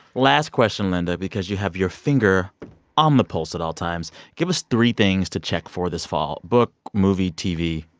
last question, linda, because you have your finger on the pulse at all times. give us three things to check for this fall book, movie, tv,